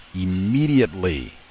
immediately